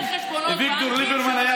עדיף דרך חשבונות בנקים של משלם המיסים הישראלי.